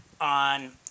on